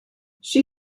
she